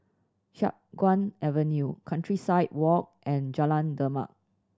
Chiap Guan Avenue Countryside Walk and Jalan Demak